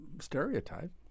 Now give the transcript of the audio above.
stereotype